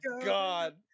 God